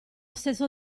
stesso